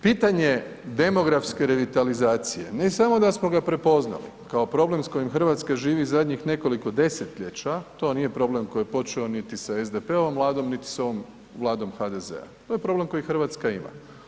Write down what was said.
Pitanje demografske revitalizacije ne samo da smo ga prepoznali kao problem s kojim Hrvatska živi zadnjih nekoliko desetljeća, to nije problem koji je počeo niti sa SDP-ovom vladom, niti sa ovom Vladom HDZ-a, to je problem koji Hrvatska ima.